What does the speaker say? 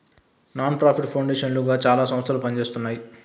non profit foundation లుగా చాలా సంస్థలు పనిజేస్తున్నాయి